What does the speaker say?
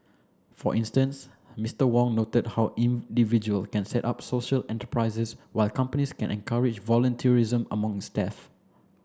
for instance Mister Wong noted how individual can set up social enterprises while companies can encourage voluntarism among its staff